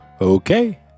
Okay